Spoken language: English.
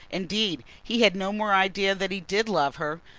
indeed he had no more idea that he did love her,